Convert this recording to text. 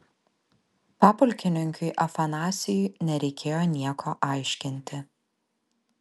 papulkininkiui afanasijui nereikėjo nieko aiškinti